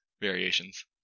variations